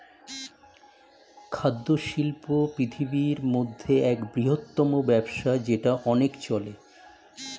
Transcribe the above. খাদ্য শিল্প পৃথিবীর মধ্যে এক বৃহত্তম ব্যবসা যেটা অনেক চলে